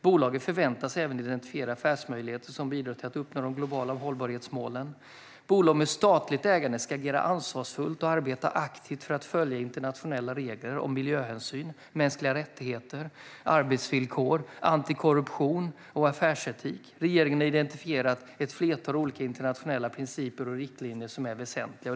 Bolaget förväntas även identifiera affärsmöjligheter som bidrar till att uppnå de globala hållbarhetsmålen. Bolag med statligt ägande ska agera ansvarsfullt och arbeta aktivt för att följa internationella regler om miljöhänsyn, mänskliga rättigheter, arbetsvillkor, antikorruption och affärsetik. Regeringen har identifierat ett flertal olika internationella principer och riktlinjer som är väsentliga.